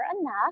enough